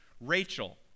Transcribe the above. Rachel